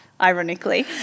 ironically